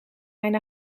mijn